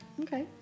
Okay